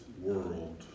world